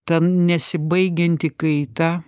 ta nesibaigianti kaita